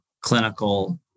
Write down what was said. clinical